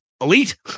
elite